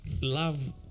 love